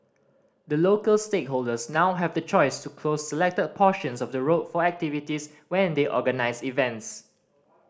the local stakeholders now have the choice to close selected portions of the road for activities when they organise events